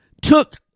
took